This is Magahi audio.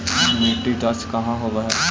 मिट्टी जाँच कहाँ होव है?